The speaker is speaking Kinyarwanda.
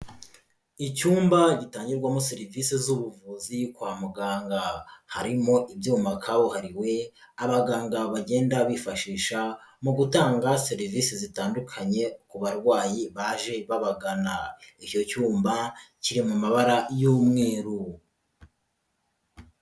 Icyumba gitangirwamo serivisi z'ubuvuzi kwa muganga, harimo ibyuma kabuhariwe abaganga bagenda bifashisha, mu gutanga serivisi zitandukanye ku barwayi baje babagana, icyo cyuma kiri mu mabara y'umweru.